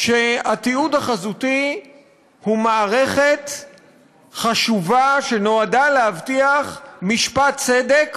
שהתיעוד החזותי הוא מערכת חשובה שנועדה להבטיח משפט צדק